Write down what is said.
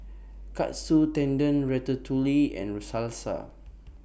Katsu Tendon Ratatouille and Salsa